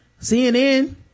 CNN